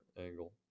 angle